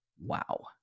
wow